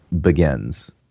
begins